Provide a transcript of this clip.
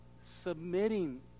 submitting